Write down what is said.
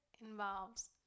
involves